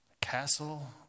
castle